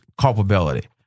culpability